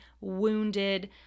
wounded